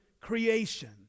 creation